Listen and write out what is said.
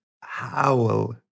howl